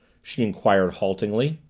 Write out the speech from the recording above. she inquired haltingly.